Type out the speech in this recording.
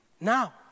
now